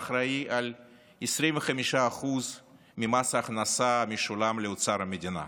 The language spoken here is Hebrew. שאחראי ל-25% ממס הכנסה שמשולם לאוצר המדינה,